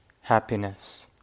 happiness